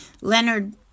Leonard